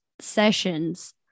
sessions